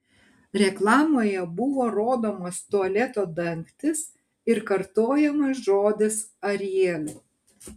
reklamoje buvo rodomas tualeto dangtis ir kartojamas žodis ariel